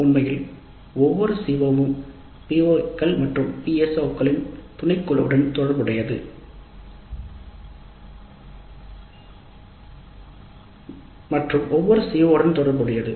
வெளிப்படையாக ஒவ்வொரு CO யும் PO கள் மற்றும் PSO களின் துணைக்குழுவைக் குறிக்கிறது மற்றும் ஒவ்வொரு CO உடன் தொடர்புடையது